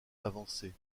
avancée